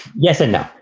yes and no.